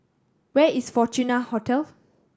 where is Fortuna Hotel